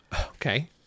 Okay